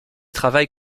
travaille